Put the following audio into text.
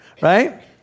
right